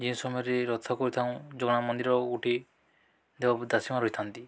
ଯେଉଁ ସମୟରେ ରଥ କରିଥାଉଁ ଜଗନ୍ନାଥ ମନ୍ଦିର ଗୋଟେ ଦେବଦାସୀ ମାନେ ରହିଥାନ୍ତି